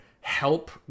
help